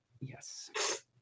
Yes